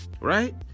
Right